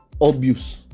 Obvious